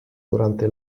durante